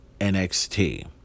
NXT